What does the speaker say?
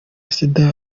sida